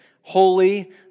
Holy